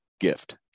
gift